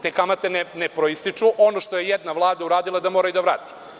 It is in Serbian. Te kamate ne proističu ono što je jedna vlada uradila da mora i da vrati.